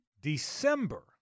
December